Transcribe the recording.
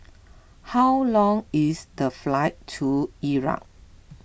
how long is the flight to Iraq